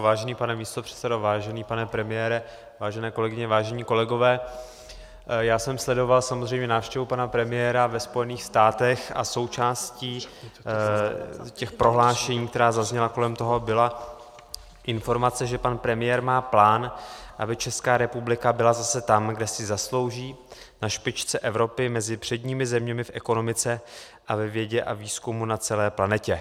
Vážený pane místopředsedo, vážený pane premiére, vážené kolegyně, vážení kolegové, já jsem sledoval samozřejmě návštěvu pana premiéra ve Spojených státech a součástí těch prohlášení, která zazněla kolem toho, byla informace, že pan premiér má plán, aby Česká republika byla zase tam, kde si zaslouží, na špičce Evropy mezi předními zeměmi v ekonomice a ve vědě a výzkumu na celé planetě.